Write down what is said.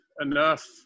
enough